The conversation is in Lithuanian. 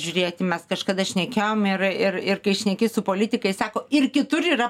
žiūrėti mes kažkada šnekėjome ir ir ir kai šneki su politikais sako ir kitur yra